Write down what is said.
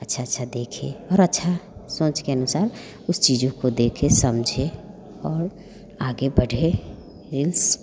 अच्छा अच्छा देखे और अच्छा सोच के अनुसार उस चीजों को देखे समझे और आगे बढ़े हिल्स